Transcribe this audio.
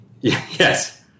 Yes